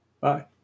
Bye